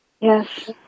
Yes